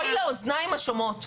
אוי לאוזניים השומעות.